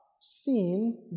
seen